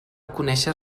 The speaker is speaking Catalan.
conèixer